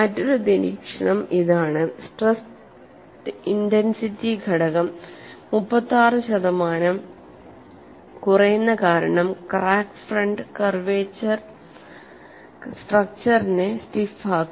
മറ്റൊരു നിരീക്ഷണം ഇതാണ് സ്ട്രെസ് ഇന്റെൻസിറ്റി ഘടകം 36 ശതമാനം കുറയുന്ന കാരണം ക്രാക്ക് ഫ്രണ്ട് കർവെച്ചർ സ്ട്രക്ച്ചറിനെ സ്റ്റിഫ് ആക്കും